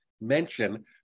mention